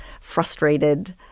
frustrated